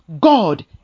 God